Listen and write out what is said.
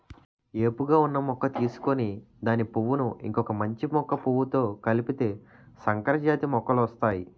ఏపుగా ఉన్న మొక్క తీసుకొని దాని పువ్వును ఇంకొక మంచి మొక్క పువ్వుతో కలిపితే సంకరజాతి మొక్కలొస్తాయి